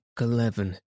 eleven